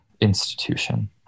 institution